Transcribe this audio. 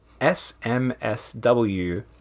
SMSW